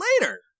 later